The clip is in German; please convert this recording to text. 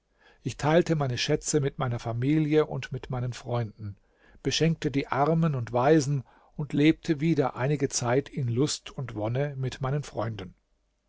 ich teilte meine schätze mit meiner familie und mit meinen freunden beschenkte die armen und waisen und lebte wieder einige zeit in lust und wonne mit meinen freunden